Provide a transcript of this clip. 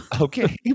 Okay